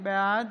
בעד